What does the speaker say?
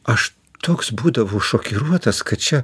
aš toks būdavo šokiruotas kad čia